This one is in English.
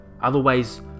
Otherwise